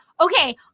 Okay